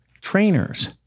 trainers